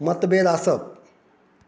मतभेद आसप